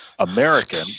American